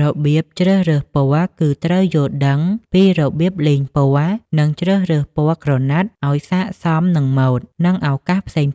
របៀបជ្រើសរើសពណ៌ គឺត្រូវយល់ដឹងពីរបៀបលេងពណ៌ និងជ្រើសរើសពណ៌ក្រណាត់ឱ្យស័ក្តិសមនឹងម៉ូដ និងឱកាសផ្សេងៗ